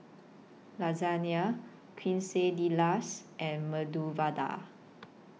Lasagne Quesadillas and Medu Vada